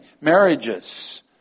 marriages